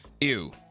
Ew